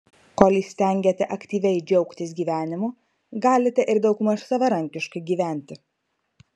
kol įstengiate aktyviai džiaugtis gyvenimu galite ir daugmaž savarankiškai gyventi